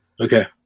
Okay